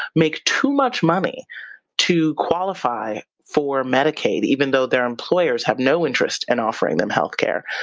make too much money to qualify for medicaid even though their employers have no interest in offering them healthcare.